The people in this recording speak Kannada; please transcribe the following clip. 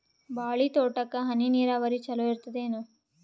ಬಾಳಿ ತೋಟಕ್ಕ ಹನಿ ನೀರಾವರಿ ಚಲೋ ಇರತದೇನು?